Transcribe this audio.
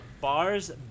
Bars-